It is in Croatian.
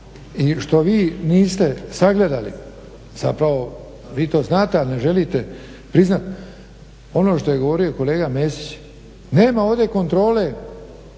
i što vi niste sagledali, zapravo vi to znate ali ne želite priznati ono što je govorio kolega Mesić. Nema ovdje kontrole